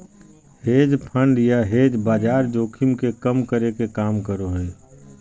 hedge fund या hedge बाजार जोखिम के कम करे के काम करो हय